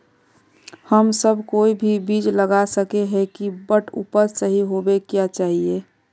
हम सब कोई भी बीज लगा सके ही है बट उपज सही होबे क्याँ चाहिए?